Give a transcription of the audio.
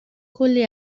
کلی